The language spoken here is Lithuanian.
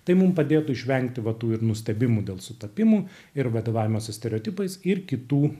tai mum padėtų išvengti va tų ir nustebimų dėl sutapimų ir vadovavimosi stereotipais ir kitų